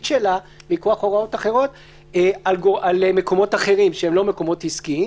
מכוח הוראות אחרות על מקומות אחרים שהם לא מקומות עסקיים?